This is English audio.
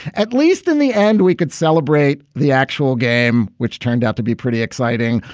at least in the end we could celebrate the actual game, which turned out to be pretty exciting.